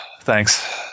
Thanks